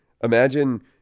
imagine